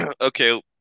Okay